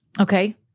Okay